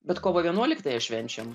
bet kovo veinuoliktąją švenčiam